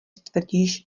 tvrdíš